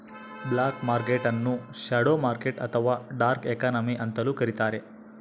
block market ನ್ನು shadow market ಅಥವಾ dark economy ಅಂತಲೂ ಕರಿತಾರೆ